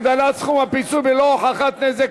הגדלת סכום הפיצוי בלא הוכחת נזק),